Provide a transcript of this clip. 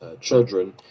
children